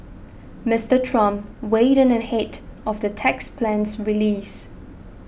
Mister Trump weighed in ahead of the tax plan's release